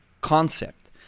concept